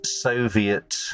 Soviet